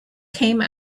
came